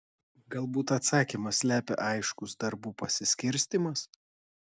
galbūt atsakymą slepia aiškus darbų pasiskirstymas